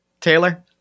Taylor